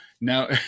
now